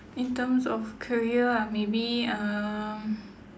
in terms of career ah maybe uh